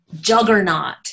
juggernaut